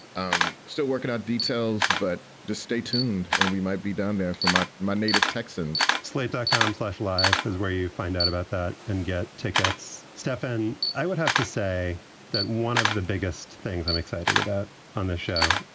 i'm still working out details, but just stay tuned and we might be down there from ah my native texans slate dot com slash life is where you find out about that and get tickets. stefan, i would have to say that one of the biggest things i'm excited about on the show,